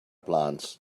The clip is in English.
plants